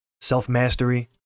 self-mastery